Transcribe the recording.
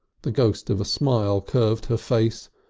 the ghost of a smile curved her face.